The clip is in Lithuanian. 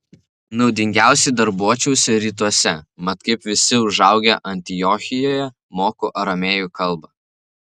naudingiausiai darbuočiausi rytuose mat kaip visi užaugę antiochijoje moku aramėjų kalbą